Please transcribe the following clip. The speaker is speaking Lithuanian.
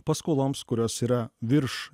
paskoloms kurios yra virš